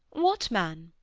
what man?